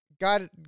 God